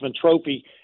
Trophy